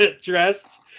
dressed